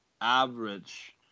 average